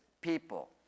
people